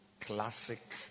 classic